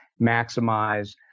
maximize